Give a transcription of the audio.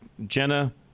Jenna